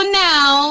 now